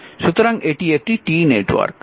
সুতরাং এটি একটি T নেটওয়ার্ক